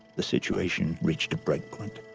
the situation reached a breakpoint.